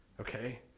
okay